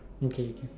okay okay